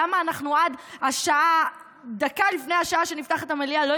למה עד דקה לפני השעה שנפתחת המליאה אנחנו